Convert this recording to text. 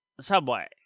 subway